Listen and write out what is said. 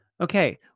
okay